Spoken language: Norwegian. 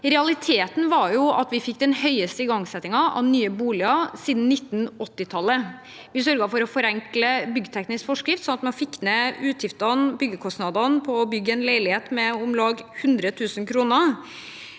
Realiteten var at vi fikk den høyeste igangsettingen av nye boliger siden 1980 tallet. Vi sørget for å forenkle byggteknisk forskrift sånn at man fikk ned utgiftene, byggekostnadene, til å bygge en leilighet for om lag 100 000 kr.